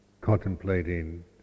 contemplating